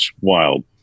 wild